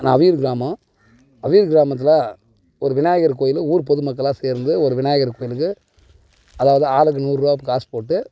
நான் அவியூர் கிராமம் அவியூர் கிராமத்தில் ஒரு விநாயகர் கோயிலு ஊர் பொது மக்களாக சேர்ந்து ஒரு விநாயகர் கோயிலுக்கு அதாவது ஆளுக்கு நூறுரூவா காசு போட்டு